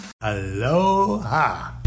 Aloha